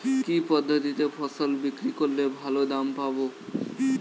কি পদ্ধতিতে ফসল বিক্রি করলে ভালো দাম পাব?